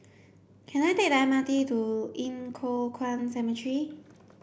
can I take the M R T to Yin Foh Kuan Cemetery